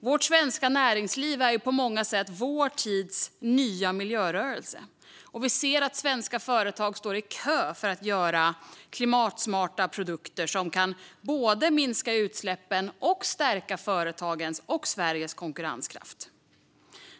Det svenska näringslivet är ju på många sätt vår tids nya miljörörelse, och vi ser att svenska företag står i kö för att göra klimatsmarta produkter som kan både minska utsläppen och stärka företagens och Sveriges konkurrenskraft.